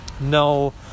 No